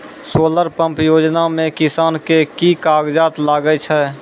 Solar pump योजना म किसान के की कागजात लागै छै?